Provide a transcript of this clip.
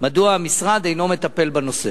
מדוע המשרד אינו מטפל בנושא?